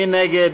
מי נגד?